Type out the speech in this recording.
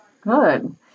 good